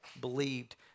believed